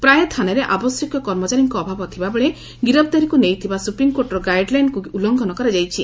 ପ୍ରାୟ ଥାନାରେ ଆବଶ୍ୟକୀୟ କର୍ମଚାରୀଙ୍କ ଅଭାବ ଥିବାବେଳେ ଗିରଫଦାରୀକୁ ନେଇ ଥିବା ସୁପ୍ରିମକୋର୍ଟର ଗାଇଡଲାଇନକୁ ଉଲ୍ଲୁଂଘନ କରାଯାଉଛି